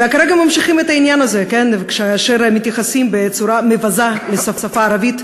וכרגע ממשיכים את העניין הזה כאשר מתייחסים בצורה מבזה לשפה הערבית,